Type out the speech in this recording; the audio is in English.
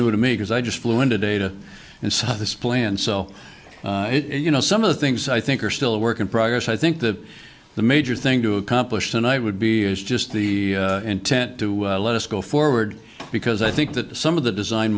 new to me because i just flew into data and saw this plan so you know some of the things i think are still a work in progress i think that the major thing to accomplish than i would be is just the intent to let us go forward because i think that some of the design